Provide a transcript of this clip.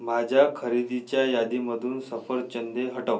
माझ्या खरेदीच्या यादीमधून सफरचंदे हटव